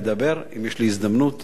ואני אף פעם לא מוותר אם יש לי הזדמנות לדבר,